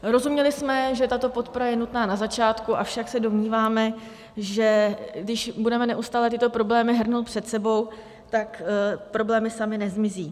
Rozuměli jsme, že tato podpora je nutná na začátku, domníváme se však, že když budeme neustále tyto problémy hrnout před sebou, tak problémy samy nezmizí.